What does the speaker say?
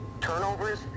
turnovers